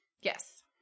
Yes